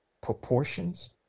proportions